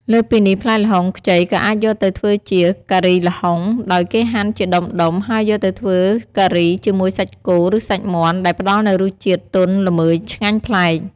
លើសពីនេះ ផ្លែល្ហុងខ្ចីក៏អាចយកទៅធ្វើជា ការីល្ហុង ដោយគេហាន់ជាដុំៗ ហើយយកទៅធ្វើការីជាមួយសាច់គោ ឬសាច់មាន់ ដែលផ្តល់នូវរសជាតិទន់ល្មើយឆ្ងាញ់ប្លែក។